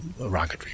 rocketry